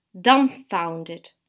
dumbfounded